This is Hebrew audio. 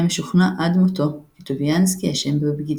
משוכנע עד מותו כי טוביאנסקי אשם בבגידה.